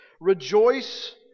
Rejoice